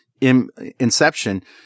inception